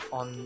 on